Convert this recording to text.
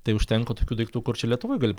tai užtenka tokių daiktų kur čia lietuvoj gali